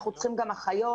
אנחנו צריכים גם אחיות,